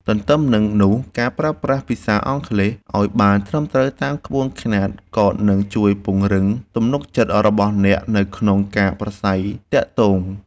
ទន្ទឹមនឹងនោះការប្រើប្រាស់ភាសាអង់គ្លេសឱ្យបានត្រឹមត្រូវតាមក្បួនខ្នាតក៏នឹងជួយពង្រឹងទំនុកចិត្តរបស់អ្នកនៅក្នុងការប្រាស្រ័យទាក់ទង។